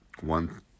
one